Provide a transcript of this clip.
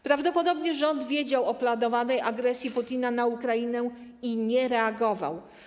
Prawdopodobnie rząd wiedział o planowanej agresji Putina na Ukrainę i nie reagował.